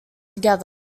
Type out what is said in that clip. together